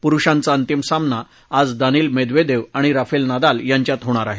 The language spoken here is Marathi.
पुरुषांचा अंतिम सामना आज दानिल मेद्वदेव आणि राफेल नदाल यांच्यात होणार आहे